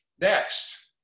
Next